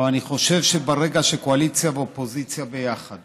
אבל אני חושב שברגע שקואליציה ואופוזיציה ביחד